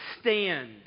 stand